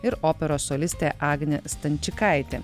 ir operos solistė agnė stančikaitė